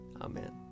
Amen